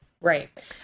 Right